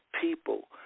people